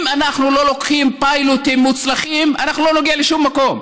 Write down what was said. אם אנחנו לא לוקחים פיילוטים מוצלחים אנחנו לא נגיע לשום מקום,